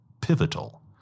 Pivotal